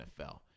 NFL